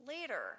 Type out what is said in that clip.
Later